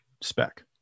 spec